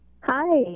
Hi